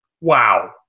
Wow